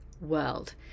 world